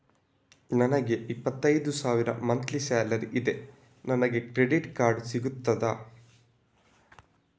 ನನಗೆ ಇಪ್ಪತ್ತೈದು ಸಾವಿರ ಮಂತ್ಲಿ ಸಾಲರಿ ಇದೆ, ನನಗೆ ಕ್ರೆಡಿಟ್ ಕಾರ್ಡ್ ಸಿಗುತ್ತದಾ?